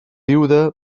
viuda